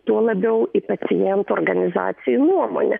tuo labiau į pacientų organizacijų nuomonę